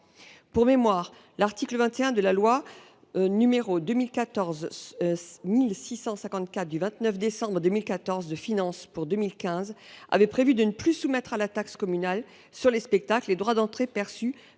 Pour mémoire, l’article 21 de la loi du 29 décembre 2014 de finances pour 2015 prévoyait de ne plus soumettre à la taxe communale sur les spectacles les droits d’entrée perçus